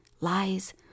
lies